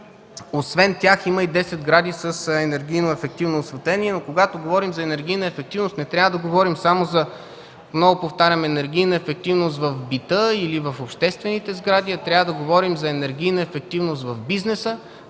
Освен тях има и 10 сгради с енергийно ефективно осветление. Когато говорим за енергийна ефективност не трябва да говорим само за енергийна ефективност в бита или в обществените сгради, а трябва да говорим за енергийна ефективност в бизнеса,